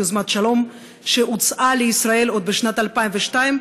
יוזמת שלום שהוצעה לישראל עוד בשנת 2002,